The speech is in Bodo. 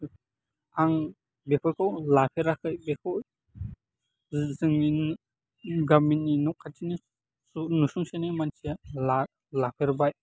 आं बेफोरखौ लाफेराखै बेखौ जोंनि गामिनि न' खाथिनि न'सुंसेनि मानसिया लाफेरबाय